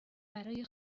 برای